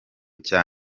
cya